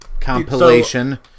Compilation